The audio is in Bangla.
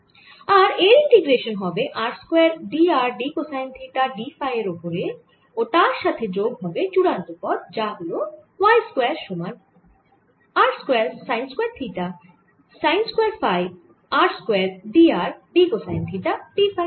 আর এর ইন্টিগ্রেশান হবে r square d r d cosine theta d phi এর ওপরে ও তার সাথে যোগ হবে চুড়ান্ত পদ যা হল y স্কয়ার সমান r square sine square theta sine square phi r square d r d cosine theta d phi